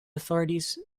authorities